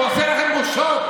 הוא עושה לכם בושות.